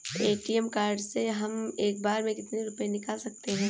ATM card से हम एक बार में कितने रुपये निकाल सकते हैं?